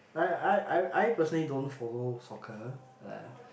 I I I I personally don't follow soccer